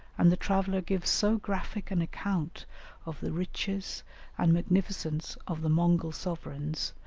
and the traveller gives so graphic an account of the riches and magnificence of the mongol sovereigns,